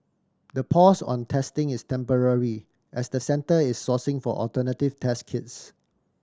the pause on testing is temporary as the Centre is sourcing for alternative test kits